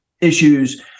issues